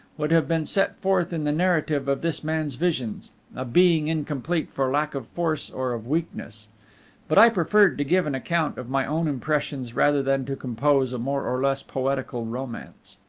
would have been set forth in the narrative of this man's visions a being incomplete for lack of force or of weakness but i preferred to give an account of my own impressions rather than to compose a more or less poetical romance.